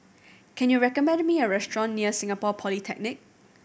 can you recommend me a restaurant near Singapore Polytechnic